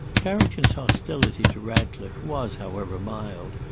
carrington's hostility to ratcliffe was, however, mild,